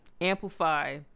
amplify